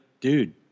dude